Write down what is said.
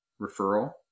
referral